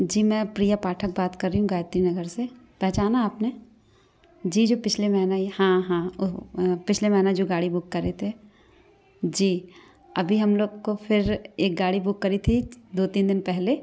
जी मैं प्रिया पाठक बात कर रही हूँ गायत्री नगर से पहचाना आपने जी जो पिछले महीना ही हाँ हाँ पिछले महीना जो गाड़ी बुक करे थे जी अभी हम लोग को फिर एक गाड़ी बुक करी थी दो तीन दिन पहले